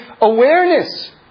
awareness